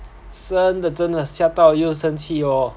真的真的吓到又生气哦